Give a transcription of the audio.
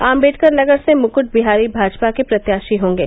अम्बेडकर नगर से मुकुट बिहारी भाजपा के प्रत्याशी होंगे